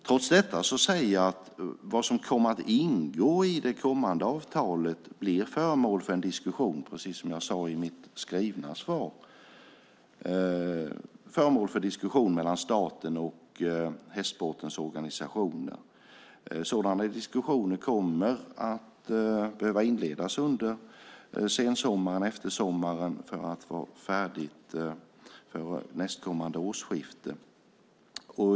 Trots detta säger jag att vad som kommer att ingå i det kommande avtalet blir föremål för en diskussion, precis som jag sade i mitt skriftliga svar, mellan staten och hästsportens organisationer. Sådana diskussioner kommer att behöva inledas under sensommaren för att få det färdigt nästkommande årsskifte.